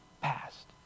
past